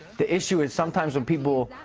the issue is sometimes when people